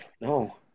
No